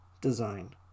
design